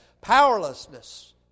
powerlessness